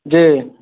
जी